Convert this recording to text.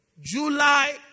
July